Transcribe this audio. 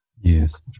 Yes